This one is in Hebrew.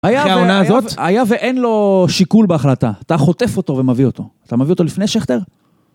אחרי העונה הזאת, היה ואין לו שיקול בהחלטה, אתה חוטף אותו ומביא אותו, אתה מביא אותו לפני שכטר?